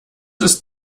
ist